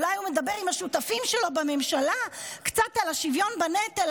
אולי הוא מדבר קצת עם השותפים שלו בממשלה על השוויון בנטל,